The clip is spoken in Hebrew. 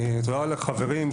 תודה לחברים,